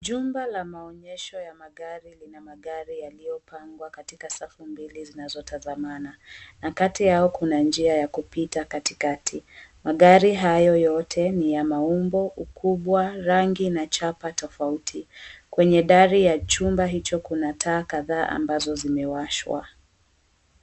Jumba la maonyesho ya magari lina magari yaliyopangwa katika safu mbili zinazotazamana, na kati yao kuna njia ya kupita katikati. Magari hayo yote ni ya maumbo, ukubwa, rangi na chapa tofauti. Kwenye dari ya chumba hicho kuna taa kadhaa ambazo zimewashwa.